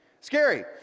scary